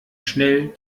schnell